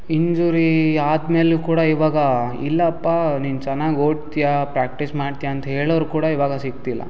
injury ಆದಮೇಲೂ ಕೂಡ ಇವಾಗ ಇಲ್ಲಪ್ಪ ನೀನು ಚೆನ್ನಾಗಿ ಓಡ್ತೀಯಾ ಪ್ರಾಕ್ಟೀಸ್ ಮಾಡ್ತೀಯಾ ಅಂತ ಹೇಳೋರು ಕೂಡ ಇವಾಗ ಸಿಗ್ತಿಲ್ಲ